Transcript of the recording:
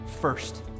First